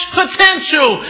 potential